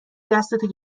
دستتو